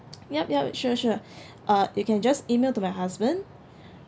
yup yup sure sure uh you can just email to my husband